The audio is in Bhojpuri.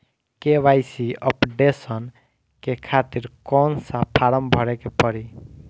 के.वाइ.सी अपडेशन के खातिर कौन सा फारम भरे के पड़ी?